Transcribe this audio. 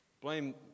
Blame